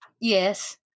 Yes